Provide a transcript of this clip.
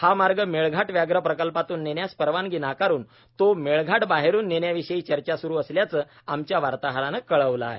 हा मार्ग मेळघाट व्याघ्र प्रकल्पातून नेण्यास परवानगी नाकारून तो मेळघाटाबाहेरून नेण्याविषयी चर्चा स्रू असल्याचं आमच्या वार्ताहरानं कळवलं आहे